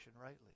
rightly